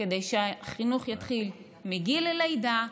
כדי שהחינוך יתחיל מגיל הלידה,